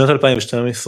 בשנת 2012,